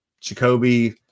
Jacoby